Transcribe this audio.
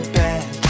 bad